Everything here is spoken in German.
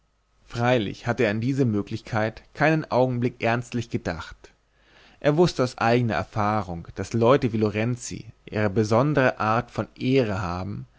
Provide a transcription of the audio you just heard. freilich hatte er an diese möglichkeit keinen augenblick ernstlich gedacht er wußte aus eigener erfahrung daß leute wie lorenzi ihre besondre art von ehre haben